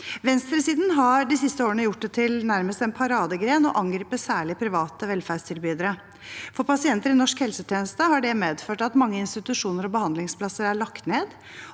Venstresiden har de siste årene gjort det til nærmest en paradegren å angripe særlig private velferdstilbydere. For pasienter i norsk helsetjeneste har det medført at mange institusjoner og behandlingsplasser er lagt ned.